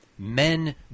Men